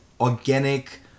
organic